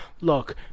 look